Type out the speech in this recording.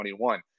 2021